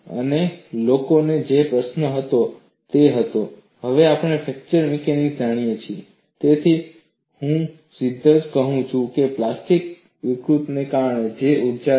અને લોકોએ જે પ્રશ્ન કર્યો તે હતો હવે આપણે ફ્રેક્ચર મિકેનિક્સ જાણીએ છીએ તેથી હું સીધા જ કહું છું કે પ્લાસ્ટિક વિકૃતિને કારણે તે ઊર્જા છે